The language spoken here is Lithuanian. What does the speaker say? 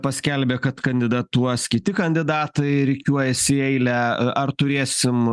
paskelbė kad kandidatuos kiti kandidatai rikiuojasi į eilę ar turėsim